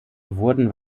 wurden